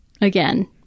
again